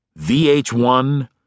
VH1